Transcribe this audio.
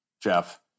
Jeff